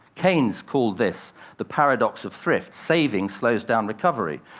keynes called this the paradox of thrift saving slows down recovery.